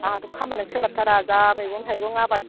आंहाथ' खामानियानो सोलाबथारा जा मैगं थाइगं आबाद